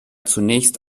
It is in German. zunächst